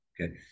okay